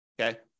Okay